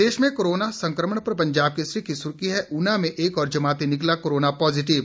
प्रदेश में कोरोना संक्रमण पर पंजाब केसरी की सुर्खी है ऊना में एक और जमाती निकला कोरोना पॉजिटिव